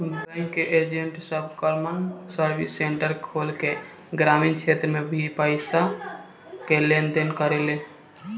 bank के agent सब common service centre खोल के ग्रामीण क्षेत्र में भी पईसा के लेन देन करेले